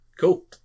Cool